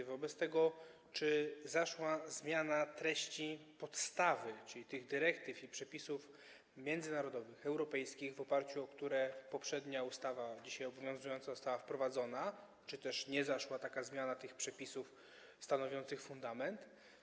Czy wobec tego zaszła zmiana treści podstawy, czyli tych dyrektyw i przepisów międzynarodowych, europejskich, w oparciu o które poprzednia ustawa, dzisiaj obowiązująca, została wprowadzona, czy też nie zaszła zmiana w przepisach stanowiących fundament?